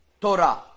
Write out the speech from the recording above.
Torah